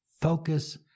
Focus